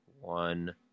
one